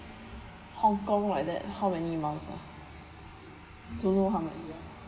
Hong-Kong like that how many miles ah don't know how many ya